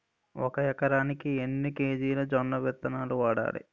ఒక ఎకరానికి ఎన్ని కేజీలు జొన్నవిత్తనాలు వాడాలి?